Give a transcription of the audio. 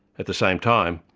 at the same time,